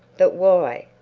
but why?